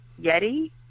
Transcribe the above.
yeti